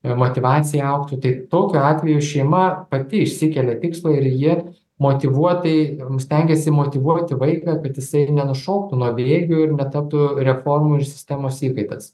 ir motyvacija augtų tik tokiu atveju šeima pati išsikelia tikslą ir ji motyvuotai stengiasi motyvuoti vaiką kad jisai ir nenušoktų nuo bėgių ir netaptų reformų ir sistemos įkaitas